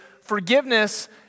forgiveness